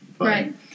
Right